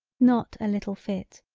not a little fit,